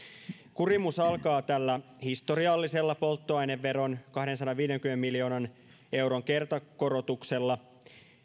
kurimus alkaa tällä historiallisella polttoaineveron kahdensadanviidenkymmenen miljoonan euron kertakorotuksella